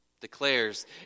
declares